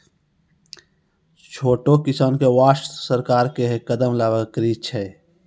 छोटो किसान के वास्तॅ सरकार के है कदम लाभकारी छै